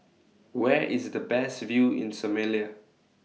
Where IS The Best View in Somalia